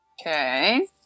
Okay